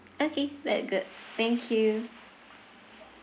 okay that's good thank you